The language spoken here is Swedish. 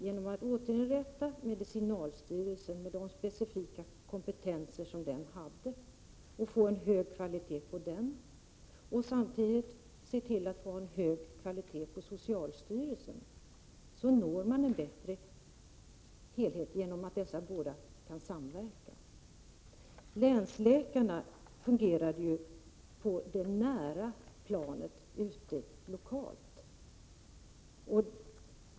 Genom att återinrätta medicinalstyrelsen med dess specifika kompetens och hålla en hög kvalitet på den, och samtidigt se till att hålla en hög kvalitet på socialstyrelsen, uppnår man en bättre helhet i och med att dessa båda kan samverka. Länsläkarna fungerade förut ute på det lokala planet.